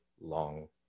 long